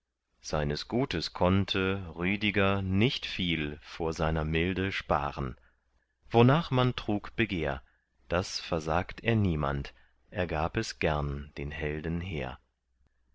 seines gutes konnte rüdiger nicht viel vor seiner milde sparen wonach man trug begehr das versagt er niemand er gab es gern den helden hehr